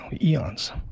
eons